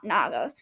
Naga